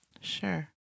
Sure